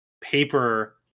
paper